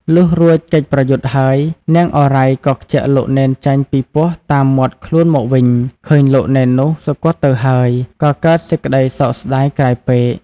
លុះរួចកិច្ចប្រយុទ្ធហើយ នាងឱរ៉ៃ ក៏ខ្ជាក់លោកនេនចេញពីពោះតាមមាត់ខ្លួនមកវិញ ឃើញលោកនេននោះ សុគតទៅហើយ ក៏កើតសេចក្តីសោកស្តាយក្រៃពេក ។